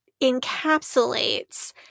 encapsulates